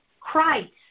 Christ